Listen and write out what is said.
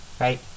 right